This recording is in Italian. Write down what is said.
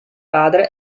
padre